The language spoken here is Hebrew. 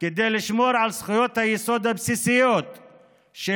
כדי לשמור על זכויות היסוד הבסיסיות של